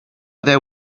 there